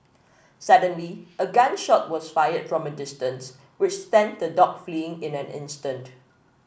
suddenly a gun shot was fired from a distance which sent the dogs fleeing in an instant